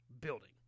building